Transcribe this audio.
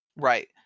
right